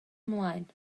ymlaen